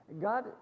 God